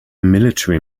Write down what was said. military